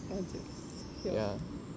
once a week okay [what]